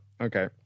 Okay